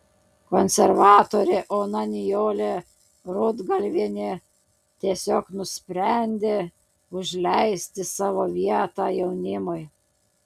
konservatorė ona nijolė rudgalvienė tiesiog nusprendė užleisti savo vietą jaunimui